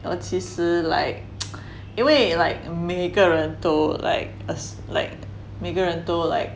我其实 like 因为 like 每个人都 like us like 每个人都 like